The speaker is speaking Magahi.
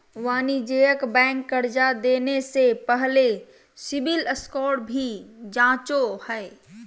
वाणिज्यिक बैंक कर्जा देने से पहले सिविल स्कोर भी जांचो हइ